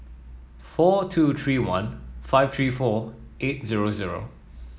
four two three one five three four eight zero zero